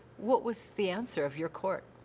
what was the answer of your court?